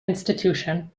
institution